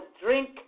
drink